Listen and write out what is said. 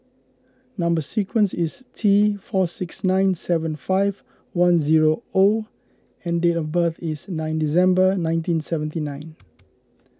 Number Sequence is T four six nine seven five one zero O and date of birth is nine December nineteen seventy nine